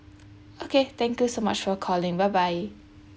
okay thank you so much for calling bye bye